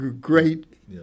Great